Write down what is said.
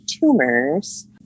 tumors